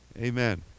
Amen